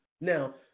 Now